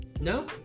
No